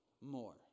more